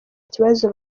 kibazo